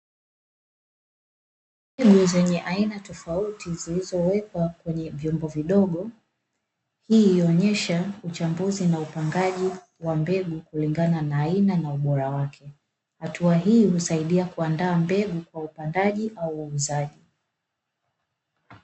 Mbegu zenye aina tofauti zilizowekwa kwenye viumbo vidogo, hii huonyesha uchambuzi na upangaji wa mbegu kulingana na aina na ubora wake, hatua hii husaidia kuandaa mbegu kwa upandaji au uuzaji.